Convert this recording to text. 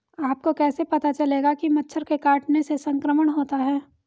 आपको कैसे पता चलेगा कि मच्छर के काटने से संक्रमण होता है?